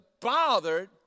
bothered